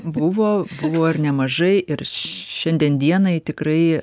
buvo buvo ir nemažai ir šiandien dienai tikrai